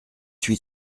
huit